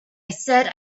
said